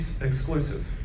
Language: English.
exclusive